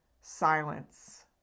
silence